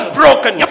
broken